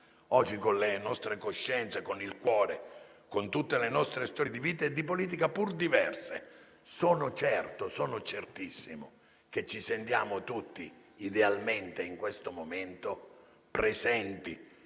Oggi con le nostre coscienze, con il cuore, con tutte le nostre storie di vita e di politica, pur diverse, sono certo, certissimo, che ci sentiamo tutti idealmente in questo momento presenti